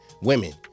women